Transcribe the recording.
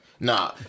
Nah